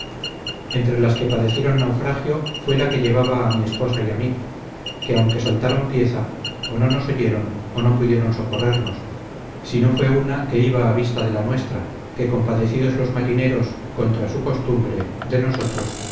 entre las que padecieron naufragio fue la que llevaba mi esposa y a mí que aunque soltaron pieza o no nos oyeron o no pudieron socorrernos sino fue una que iba a vista de la nuestra que compadecidos los marineros contra su costumbre de nosotros